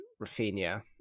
Rafinha